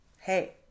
Hey